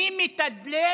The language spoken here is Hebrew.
מי מתדלק